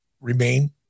remain